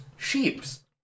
Sheeps